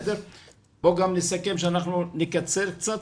בואו גם נסכם שאנחנו נקצר קצת,